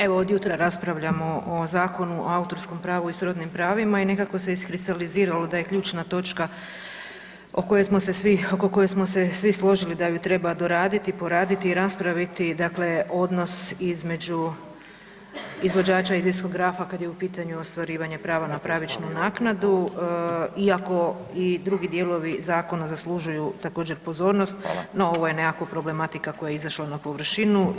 Evo od jutra raspravljamo o Zakonu o autorskom pravu i srodnim pravima i nekako se iskristaliziralo da je ključna točka oko koje smo se svi složili da je treba doraditi, poraditi i raspraviti dakle odnos između izvođača i diskografa kada je u pitanju ostvarivanje prava na pravičnu naknadu iako i drugi dijelovi zakona zaslužuju također pozornost, no ovo je nekako problematika koja je izašla na površinu.